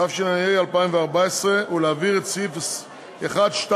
התשע"ה 2014, ולהעביר את סעיף 1(2)(ב)